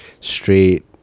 straight